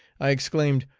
i exclaimed,